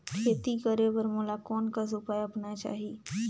खेती करे बर मोला कोन कस उपाय अपनाये चाही?